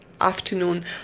afternoon